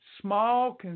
Small